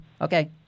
Okay